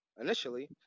initially